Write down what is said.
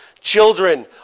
Children